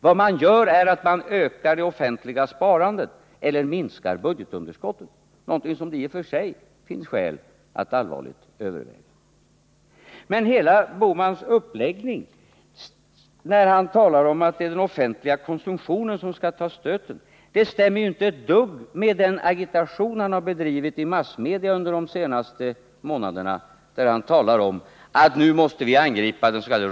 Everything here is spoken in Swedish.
Vad man gör är att man ökar det offentliga sparandet eller minskar budgetunderskottet, någonting som det i och för sig finns skäl att allvarligt överväga. Gösta Bohmans hela uppläggning när han talar om att det är den offentliga konsumtionen som skall ta stöten stämmer inte ett dugg med den agitation som han under de senaste månaderna har bedrivit i massmedia, där han har talat om att vi nu måste angripa dens.k.